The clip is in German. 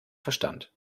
verstand